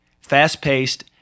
fast-paced